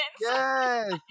Yes